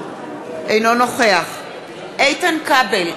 אינו נוכח איתן כבל,